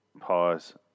Pause